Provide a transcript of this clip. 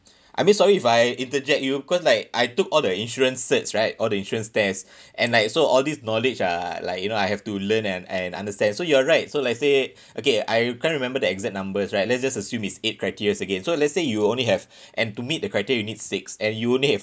I mean sorry if I interject you cause like I took all the insurance certs right all the insurance tests and like so all this knowledge ah like you know I have to learn and and understand so you're right so let's say okay I can't remember the exact numbers right let's just assume it's eight criterias again so let's say you only have and to meet the criteria you need six and you only have